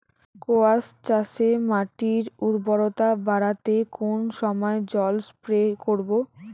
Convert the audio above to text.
কোয়াস চাষে মাটির উর্বরতা বাড়াতে কোন সময় জল স্প্রে করব?